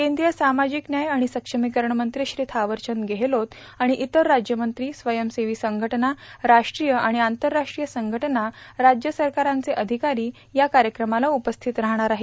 केंद्रीय सामाजिक न्याय आणि सक्षमीकरण मंत्री श्री थावरचंद गेहलोत आणि इतर राज्यमंत्री स्वयंसेवी संघटना राष्ट्रीय आणि आंतरराष्ट्रीय संघटना राज्य सरकारांचे अधिकारी या कार्यक्रमाला उपस्थित राहणार आहेत